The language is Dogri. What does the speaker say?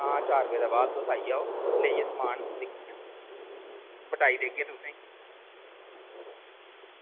हां चार बजे दे बाद तुस आई जाओ लेइयै समान बटाई देगे तुसें ई